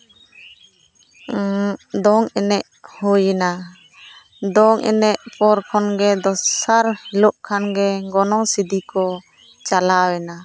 ᱫᱚᱝ ᱮᱱᱮᱡ ᱦᱩᱭᱮᱱᱟ ᱫᱚᱝ ᱮᱱᱮᱡ ᱯᱚᱨ ᱠᱷᱟᱱ ᱜᱮ ᱫᱚᱥᱟᱨ ᱦᱤᱳᱞᱳᱜ ᱠᱷᱟᱱ ᱜᱮ ᱜᱚᱱᱚᱝ ᱥᱤᱫᱤ ᱠᱚ ᱪᱟᱞᱟᱣᱮᱱᱟ